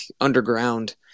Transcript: underground